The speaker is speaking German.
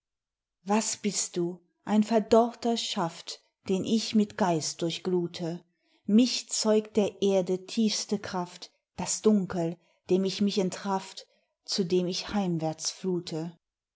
was bist du ein verdorrter schaft den ich mit geist durchglute mich zeugt der erde tiefste kraft das dunkel dem ich mich entrafft zu dem ich heimwärts flute